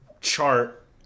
chart